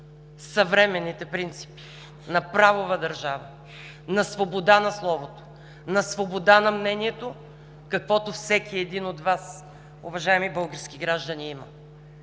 съвременните принципи на правова държава, на свобода на словото, на свобода на мнението, каквото всеки един от Вас, уважаеми български граждани, има.